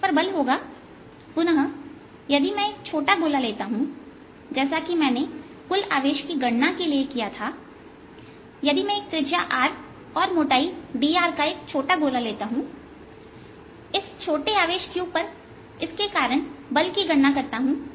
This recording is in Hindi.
इस पर बल होगा पुनः यदि मैं एक छोटा गोला लेता हूं जैसा कि मैंने कुल आवेश की गणना के लिए किया था यदि मैं एक त्रिज्या r और मोटाई dr का एक छोटा गोला लेता हूं और इस छोटे आवेश q पर इसके कारण बल की गणना करता हूं